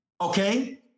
Okay